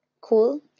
Cool